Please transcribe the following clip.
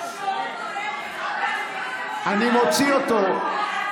אני מוציא אותו.